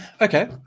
Okay